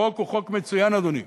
החוק הוא חוק מצוין, אדוני.